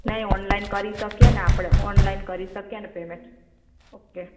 નહીં ઓનલાઇન કરી શકીએ ને આપણે ઓનલાઇન કરી શકીએ ને પેમેન્ટ ઓકે